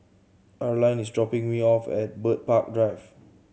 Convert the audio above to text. Arline is dropping me off at Bird Park Drive